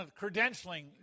credentialing